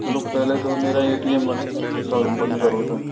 चलो पहले तो मेरा ए टी एम का बंद करो सर